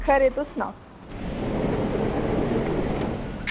खरे तुस सनाओ